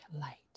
light